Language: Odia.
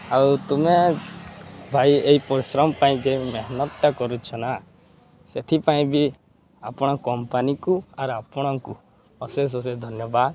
ଆଉ ତୁମେ ଭାଇ ଏଇ ପରିଶ୍ରମ ପାଇଁ ଯେ ମେହନତଟା କରୁଛ ନା ସେଥିପାଇଁ ବି ଆପଣ କମ୍ପାନୀକୁ ଆର୍ ଆପଣଙ୍କୁ ଅଶେଷ ଅଶେଷ ଧନ୍ୟବାଦ